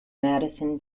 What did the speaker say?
madison